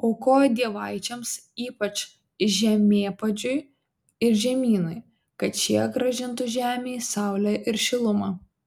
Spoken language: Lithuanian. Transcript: aukojo dievaičiams ypač žemėpačiui ir žemynai kad šie grąžintų žemei saulę ir šilumą